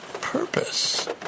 purpose